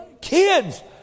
kids